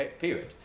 period